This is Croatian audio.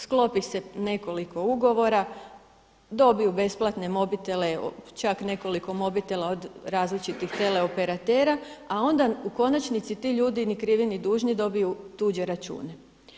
Sklopi se nekoliko ugovora, dobiju besplatne mobitele čak nekoliko mobitela od različitih tele operatera, a onda u konačnici ti ljudi ni krivi ni dužni dobiju tuđe račune.